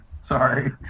Sorry